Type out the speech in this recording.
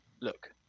look